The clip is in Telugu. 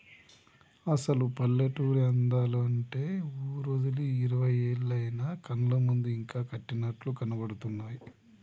అసలు పల్లెటూరి అందాలు అంటే ఊరోదిలి ఇరవై ఏళ్లయినా కళ్ళ ముందు ఇంకా కట్టినట్లు కనబడుతున్నాయి